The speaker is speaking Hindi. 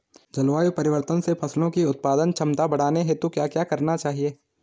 जलवायु परिवर्तन से फसलों की उत्पादन क्षमता बढ़ाने हेतु क्या क्या करना चाहिए?